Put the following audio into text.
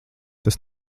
tas